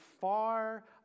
far